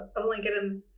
but will link it in